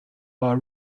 war